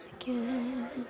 again